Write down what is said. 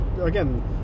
again